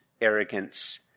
arrogance